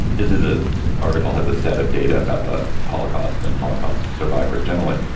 is is a article has a set of data about the holocaust and holocaust survivors. generally,